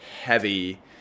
heavy